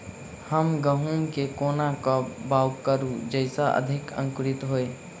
हम गहूम केँ कोना कऽ बाउग करू जयस अधिक अंकुरित होइ?